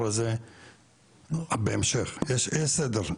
יש סדר.